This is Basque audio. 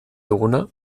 duguna